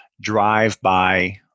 drive-by